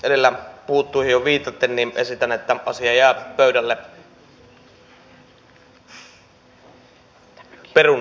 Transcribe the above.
edellä puhuttuihin jo viitaten esitän että asia jää pöydälle